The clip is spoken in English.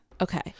Okay